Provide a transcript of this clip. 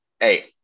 Hey